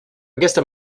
gestern